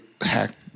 hacked